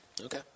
Okay